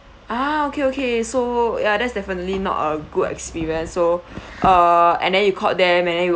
ah okay okay so ya that's definitely not a good experience so uh and then you called them and then you